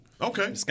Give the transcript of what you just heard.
Okay